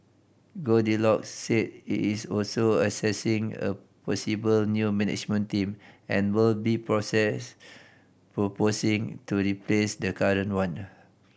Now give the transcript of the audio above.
Goldilocks said it is also assessing a possible new management team and will be process proposing to replace the current one